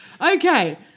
Okay